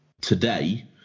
today